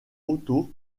otto